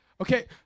Okay